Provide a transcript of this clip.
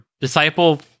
Disciple